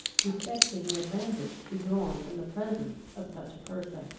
respecting the advantage to be drawn from the presence of such a person.